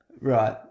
Right